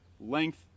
length